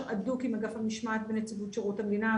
הדוק עם אגף המשמעת בנציבות שירות המדינה,